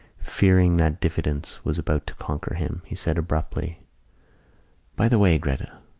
fearing that diffidence was about to conquer him, he said abruptly by the way, gretta!